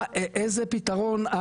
איזה פתרון?